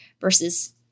versus